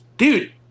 Dude